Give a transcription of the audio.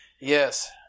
Yes